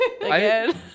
again